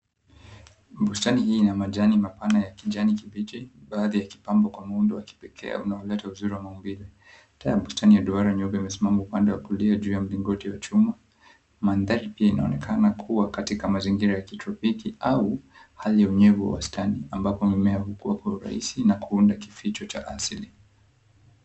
Bustani hii ina majani mapana ya kijani kibichi, baadhi ya kipambo kwa muundo wa kipekee unaoleta uzuri wa maumbile. Tayari bustani ya duara nyumba imesimama upande wa kulia juu ya mlingoti wa chuma. Mandhari pia inaonekana kuwa katika mazingira ya kitropiki au hali ya unyevu wastani ambapo mimea hukua kwa urahisi na kuunda kificho cha asili.